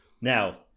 Now